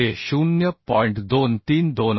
तर हे 0